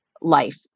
life